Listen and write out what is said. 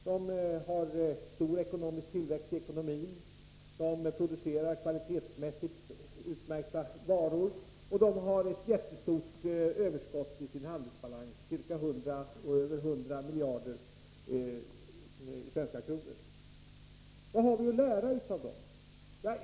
De har stor tillväxt i ekonomin, de producerar kvalitetsmässigt utmärkta varor och de har ett jättestort överskott i sin handelsbalans — det uppgår till över 100 miljarder i svenska kronor. Vad har vi då att lära av japanerna?